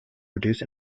produce